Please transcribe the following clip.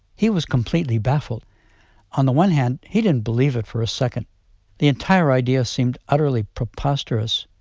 he was completely baffled on the one hand, he didn't believe it for a second the entire idea seemed utterly preposterous.